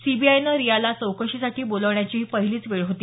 सीबीआयने रियाला चौकशीसाठी बोलावण्याची ही पहिलीच वेळ होती